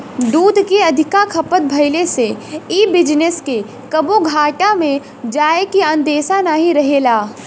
दूध के अधिका खपत भइले से इ बिजनेस के कबो घाटा में जाए के अंदेशा नाही रहेला